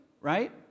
right